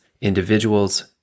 Individuals